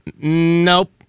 Nope